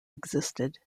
existed